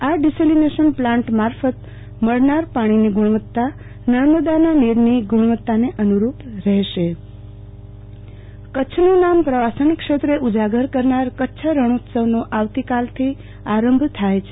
આ desalination plant મારફત મળનાર પાણીની ગુણવત્તા નર્મદા નદીના પાણીની ગુણવત્તાને અનુ રૂપ રહે શે આરતીબેન ભદ્દ કચ્છ રણોત્સવ કચ્છનું નામ પ્રવાસનક્ષેત્રે ઉજાગર કરનાર કચ્છ રણોત્સવનો આવતીકાલ આરંભ થાય છે